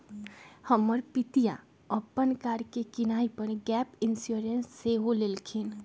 हमर पितिया अप्पन कार के किनाइ पर गैप इंश्योरेंस सेहो लेलखिन्ह्